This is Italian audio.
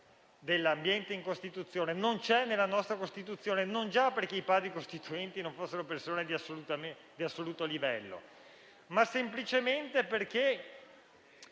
dell'ambiente", non è presente nella nostra Costituzione non già perché i Padri costituenti non fossero persone di assoluto livello, ma semplicemente perché,